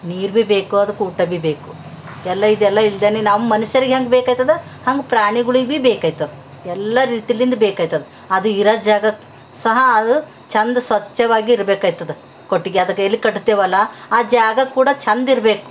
ನೀರು ಭಿ ಬೇಕು ಅದಕ್ಕೆ ಊಟ ಭಿ ಬೇಕು ಎಲ್ಲ ಇದೆಲ್ಲ ಇಲ್ದೇ ನಮ್ಮ ಮನುಷ್ಯರಿಗೆ ಹೆಂಗೆ ಬೇಕಾಯ್ತದೆ ಹಂಗೆ ಪ್ರಾಣಿಗಳಿಗ್ ಭಿ ಬೇಕಾಯ್ತದೆ ಎಲ್ಲ ರೀತಿಲಿಂದ ಬೇಕಾಯ್ತದೆ ಅದು ಇರೋ ಜಾಗ ಸಹ ಅದು ಚಂದ ಸ್ವಚ್ಛವಾಗಿ ಇರ್ಬೇಕಾಯ್ತದೆ ಕೊಟ್ಟಿಗೆ ಅದಕ್ಕೆ ಎಲ್ಲಿ ಕಟ್ತೇವಲ್ಲ ಆ ಜಾಗ ಕೂಡ ಚಂದಿರಬೇಕು